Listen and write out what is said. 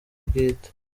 bwite